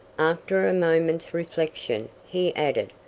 after a moment's reflection, he added,